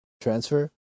Transfer